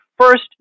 first